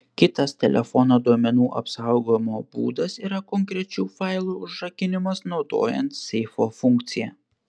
kitas telefono duomenų apsaugojimo būdas yra konkrečių failų užrakinimas naudojant seifo funkciją